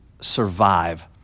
survive